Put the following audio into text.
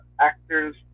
actors